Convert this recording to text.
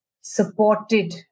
supported